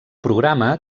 programa